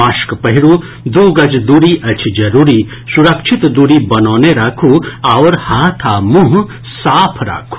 mask पहिरू दू गज दूरी अछि जरूरी सुरक्षित दूरी बनौने राखू आओर हाथ आ मुंह साफ राखू